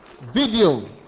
video